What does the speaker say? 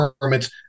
permits